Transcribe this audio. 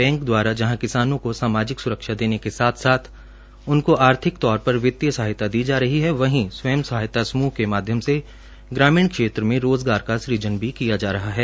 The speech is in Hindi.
बैंक द्वारा जहाँ किसानों को सामाजिक सुरक्षा देने के साथ साथ उनको आर्थिक तौर पर वित्तीय सहायता दी जा रही है वहीं स्वयं सहायता समूह के माध्यम से ग्रामीण क्षेत्र में रोजगार का सुजन भी किया जा रहा है